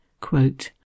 Quote